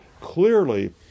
clearly